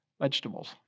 vegetables